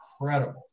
incredible